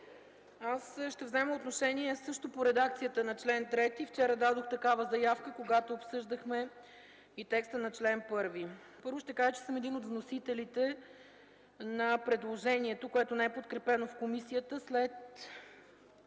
Аз ще взема отношение също по редакцията на чл. 3, вчера дадох такава заявка, когато обсъждахме и текста на чл. 1. Първо ще кажа, че съм един от вносителите на предложението, което не е подкрепено в комисията – след